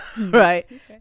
right